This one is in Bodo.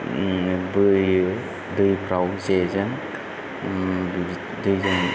बोयो दैफ्राव जेजों दैजों